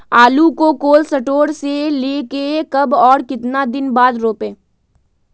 आलु को cold store से ले के कब और कितना दिन बाद रोपे?